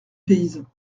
paysan